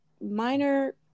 minor